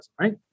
right